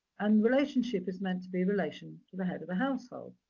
and relationship is meant to be relation to the head of the household.